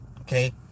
Okay